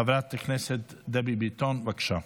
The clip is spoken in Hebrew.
חברת הכנסת דבי ביטון, בבקשה.